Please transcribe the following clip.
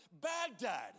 Baghdad